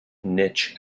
niche